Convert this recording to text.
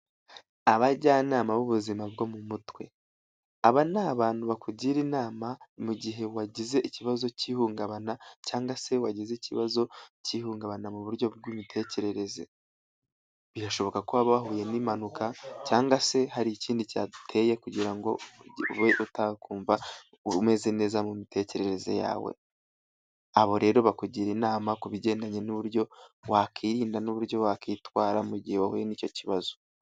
Abajyanama b'ubuzima bwo mu mutwe, aba ni abantu bakugira inama mu gihe wagize ikibazo k'ihungabana cyangwa se wagize ikibazo k'ihungabana mu buryo bw'imitekerereze, birashoboka ko waba wahuye n'impanuka cyangwa se hari ikindi cyabiteye kugira ngo ube utakumva umeze neza mu mitekerereze yawe, abo rero bakugira inama ku bijyandanye n'uburyo wakwirinda n'uburyo wakwitwara mu gihe wahuye n'icyo kibazo.